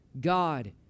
God